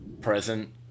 present